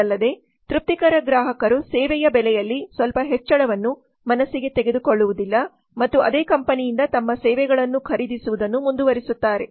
ಇದಲ್ಲದೆ ತೃಪ್ತಿಕರ ಗ್ರಾಹಕರು ಸೇವೆಯ ಬೆಲೆಯಲ್ಲಿ ಸ್ವಲ್ಪ ಹೆಚ್ಚಳವನ್ನು ಮನಸ್ಸಿಗೆ ತೆಗೆದುಕೊಳ್ಳುವುದಿಲ್ಲ ಮತ್ತು ಅದೇ ಕಂಪನಿಯಿಂದ ತಮ್ಮ ಸೇವೆಗಳನ್ನು ಖರೀದಿಸುವುದನ್ನು ಮುಂದುವರಿಸುತ್ತಾರೆ